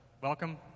Welcome